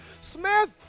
Smith